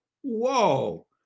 Whoa